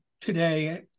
today